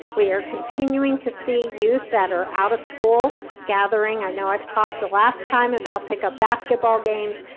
we are continuing to see youth that are out of school gathering, i know i've talked the last time about pick-up basketball games,